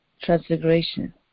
transfiguration